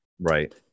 right